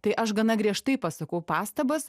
tai aš gana griežtai pasakau pastabas